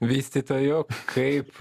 vystytoju kaip